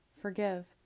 Forgive